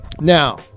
Now